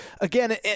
again